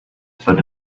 foot